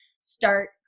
start